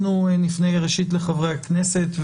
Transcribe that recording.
אנחנו נפנה ראשית לחברי הכנסת,